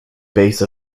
base